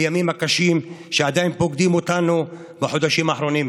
בימים הקשים שעדיין פוקדים אותנו בחודשים האחרונים: